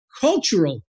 cultural